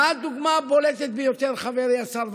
מהי הדוגמה הבולטת ביותר, חברי השר וקנין?